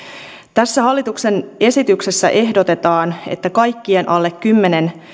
tässä hallituksen esityksessä ehdotetaan että kaikkien alle kymmenen